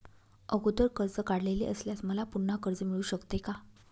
अगोदर कर्ज काढलेले असल्यास मला पुन्हा कर्ज मिळू शकते का?